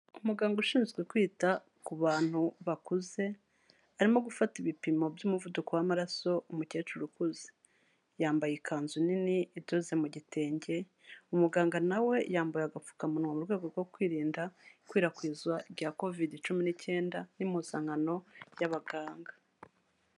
Umuganga ushinzwe kwita ku bantu bakuze arimo gufata ibipimo by'umuvuduko w'amaraso umukecuru ukuze, yambaye ikanzu nini idoze mu gitenge, umuganga na we yambaye agapfukamunwa mu rwego rwo kwirinda ikwirakwizwa rya Kovidi cumi n'icyenda n'impuzankano y'abaganga.